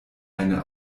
eine